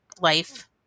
life